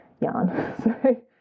yarn